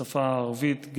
בשפה הערבית,